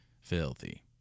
filthy